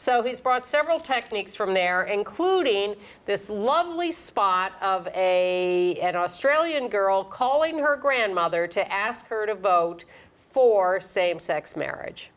so he's brought several techniques from there including this lovely spot of a dead australian girl calling her grandmother to ask her to vote for same sex marriage